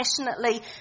passionately